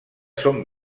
són